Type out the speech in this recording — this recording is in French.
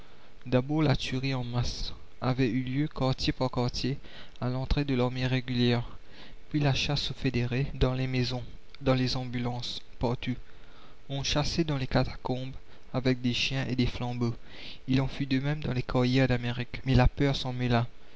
d'abord la tuerie en masse avait eu lieu quartier par quartier à l'entrée de l'armée régulière puis la chasse au fédéré dans les maisons dans les ambulances partout on chassait dans les catacombes avec des chiens et des flambeaux il en fut de même dans les carrières d'amérique mais la peur s'en mêla